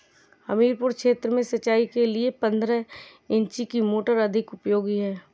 हमीरपुर क्षेत्र में सिंचाई के लिए पंद्रह इंची की मोटर अधिक उपयोगी है?